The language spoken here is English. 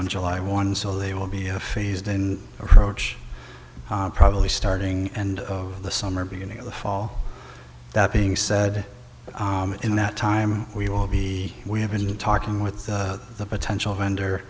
on july one so they will be a phased in approach probably starting and of the summer beginning of the fall that being said in that time we will be we have been talking with the potential vendor